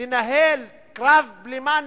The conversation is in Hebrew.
לנהל קרב בלימה נגדם,